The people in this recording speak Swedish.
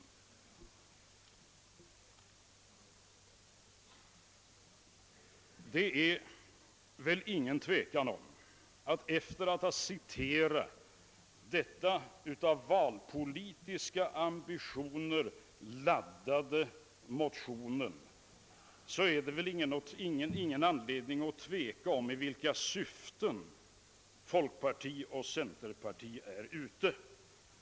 Efter att ha tagit del av dessa avsnitt ur den av valpolitiska ambitioner laddade folkpartimotionen råder det väl ingen tvekan om i vilka syften folkparti och centerparti är ute.